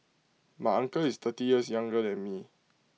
my uncle is thirty years younger than me